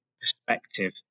perspective